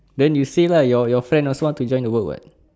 then you say lah your your friend also want to join your work [what]